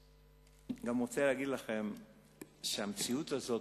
אני גם רוצה להגיד לכם שהמציאות הזאת